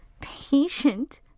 patient